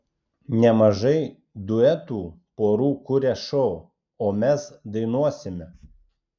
nemažai duetų porų kuria šou o mes dainuosime